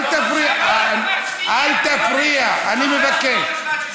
אל תפריע, אני מבקש.